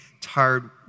tired